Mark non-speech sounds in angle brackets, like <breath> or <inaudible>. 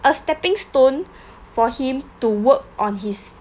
a stepping stone <breath> for him to work on his